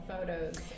photos